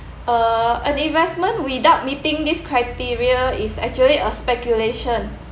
uh an investment without meeting this criteria is actually a speculation